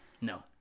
No